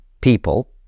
people